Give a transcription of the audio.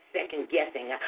second-guessing